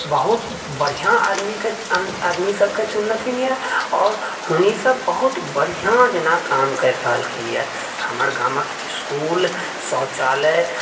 बहुत बढ़िआँ आदमीसभके चुनलखिन यऽ आओर हुनिसभ बहुत बढ़िआँ जेना काम करि रहलखिन यऽ हमर गामक इस्कूल शौचालय